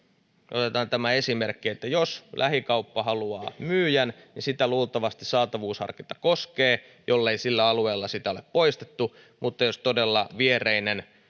otetaan tämä esimerkki että jos lähikauppa haluaa myyjän niin sitä luultavasti saatavuusharkinta koskee jollei sillä alueella sitä ole poistettu mutta jos todella viereinen